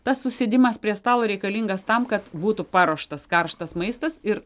tas susėdimas prie stalo reikalingas tam kad būtų paruoštas karštas maistas ir